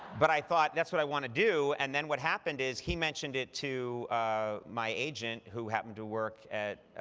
but i thought, that's what i want to do. and then what happened is, he mentioned it to my agent, who happened to work at